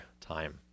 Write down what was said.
time